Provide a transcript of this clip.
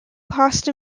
pasta